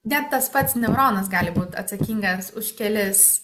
net tas pats neuronas gali būt atsakingas už kelis